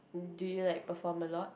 do you like perform a lot